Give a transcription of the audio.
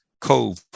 cove